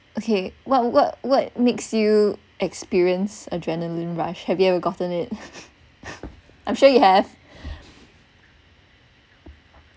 okay what what what makes you experience adrenaline rush have you ever gotten it I'm sure you have